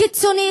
קיצונית,